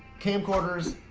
camcorders,